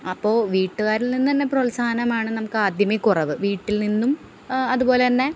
അപ്പോ വീട്ടുകാരിൽ നിന്നുതന്നെ പ്രോത്സാഹനമാണ് നമുക്കാദ്യമേ കുറവ് വീട്ടിൽ നിന്നും അതുപോലെ തന്നെ